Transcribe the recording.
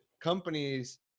companies